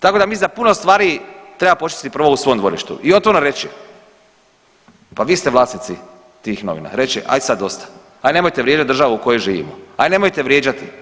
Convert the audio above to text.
Tako da mislim da puno stvari treba počistiti u svom dvorištu i otvoreno reći, pa vi ste vlasnici tih novina, reć će ajd sad dosta, ajd nemojte vrijeđati državu u kojoj živimo, ajd nemojte vrijeđati.